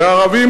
והערבים,